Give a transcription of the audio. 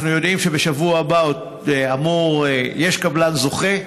אנחנו יודעים שבשבוע הבא עוד אמור, יש קבלן זוכה.